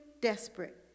desperate